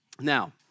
Now